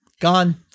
Gone